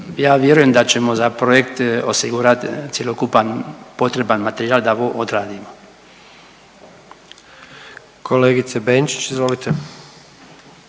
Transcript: ja vjerujem da ćemo za projekt osigurati cjelokupan potreban materijal da ovo odradimo. **Jandroković, Gordan